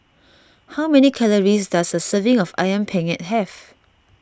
how many calories does a serving of Ayam Penyet have